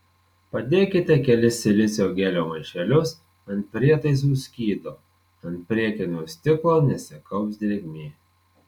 padėkite kelis silicio gelio maišelius ant prietaisų skydo ant priekinio stiklo nesikaups drėgmė